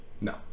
No